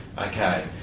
Okay